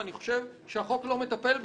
ואני חושב שהחוק לא מטפל בזה,